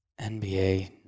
NBA